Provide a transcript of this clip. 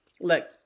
Look